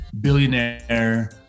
billionaire